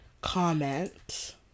comment